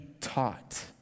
taught